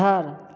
घर